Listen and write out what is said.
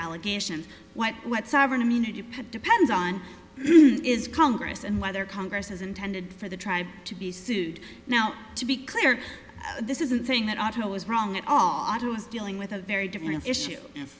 allegations what what sovereign immunity put depends on is congress and whether congress is intended for the tribe to be sued now to be clear this is a thing that auto is wrong it auto is dealing with a very different issue if